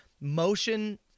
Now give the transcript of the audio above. motion